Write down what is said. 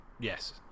Yes